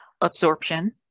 Absorption